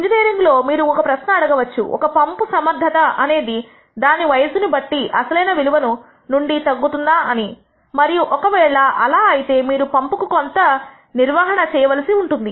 engineering లో మీరు ఒక ప్రశ్న అడగవచ్చు ఒక పంపు సమర్ధత అనేది దాని వయసును బట్టి అసలైన విలువ నుండి తగ్గుతుందా అని మరియు ఒక ఒకవేళ అలా అయితే మీరు పంపు కు కొంత నిర్వహణ చేయవలసి ఉంటుంది